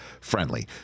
friendly